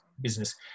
business